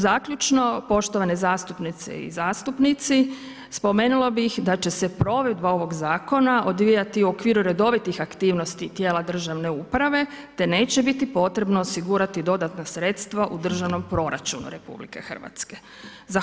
Zaključno poštovane zastupnice i zastupnici, spomenula bih da će se provedba ovoga zakona odvijati u okviru redovitih aktivnosti tijela državne uprave te neće biti potrebno osigurati dodatna sredstva u državnom proračunu Republike Hrvatske.